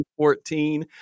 2014